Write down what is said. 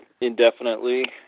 indefinitely